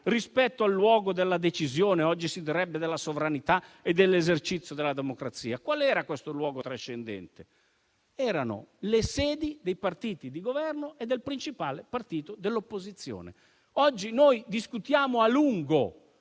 rispetto al luogo della decisione (oggi si direbbe della sovranità e dell'esercizio della democrazia). Qual era questo luogo trascendente? Erano le sedi dei partiti di Governo e del principale partito dell'opposizione. Oggi discutiamo a lungo